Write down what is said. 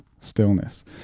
stillness